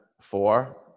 Four